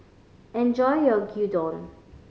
enjoy your Gyudon